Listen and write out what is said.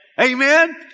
Amen